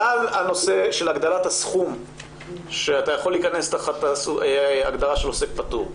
עלה הנושא של הגדלת הסכום שאתה יכול להיכנס תחת הגדרה של עוסק פטור.